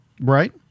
right